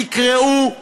תקראו,